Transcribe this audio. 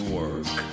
work